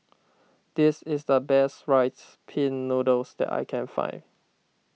this is the best Rice Pin Noodles that I can find